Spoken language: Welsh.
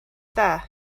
dda